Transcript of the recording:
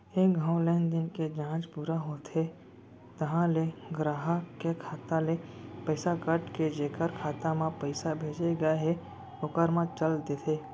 एक घौं लेनदेन के जांच पूरा होथे तहॉं ले गराहक के खाता ले पइसा कट के जेकर खाता म पइसा भेजे गए हे ओकर म चल देथे